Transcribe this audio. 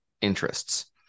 interests